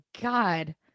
god